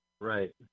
right